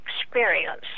experience